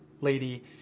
lady